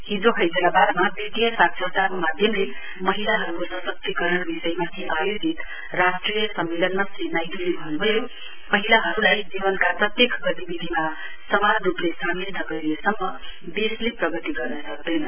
हिजो हैदराबादमा वित्तीय सारक्षताको माध्यमले महिलाहरूको सशक्तीकरण विषयमाथि आयोजित राष्ट्रिय सम्मेलनमा श्री नाइडूले भन्नुभयो महिलाहरूलाई जीवनका प्रत्येक गतिविधिमा समान रूपले सामेल नगरिएसम्म देशले प्रगति गर्नसक्दैन